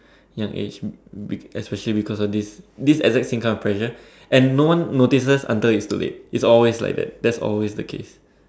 young age be be especially because of this this exact same kind of pressure and no one notices until it's too late it's always like that that's always the case